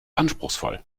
anspruchsvoll